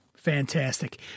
Fantastic